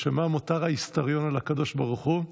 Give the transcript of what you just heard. מה מותר ההיסטוריון על הקדוש ברוך הוא?